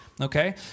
okay